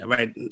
Right